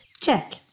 Check